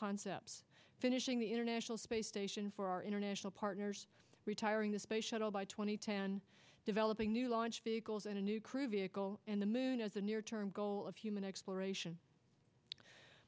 concepts finishing the international space station for our international partners retiring the space shuttle by two thousand and ten developing new launch vehicles and a new crew vehicle and the moon as the near term goal of human exploration